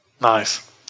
nice